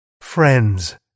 friends